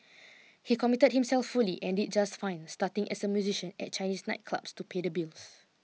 he commit himself fully and did just fine starting as a musician at Chinese nightclubs to pay the bills